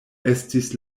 estis